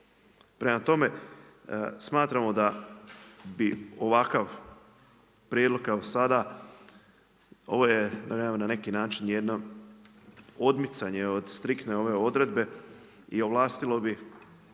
Prema tome, smatramo da vi ovakav prijedlog kao sada, ovo je na neki način jedno odmicanje od striktne ove odredbe i ovlastilo bi